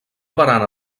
barana